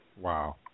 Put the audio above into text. Wow